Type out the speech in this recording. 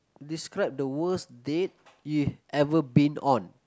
describe the worst date you ever been on